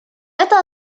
это